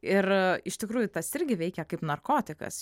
ir iš tikrųjų tas irgi veikia kaip narkotikas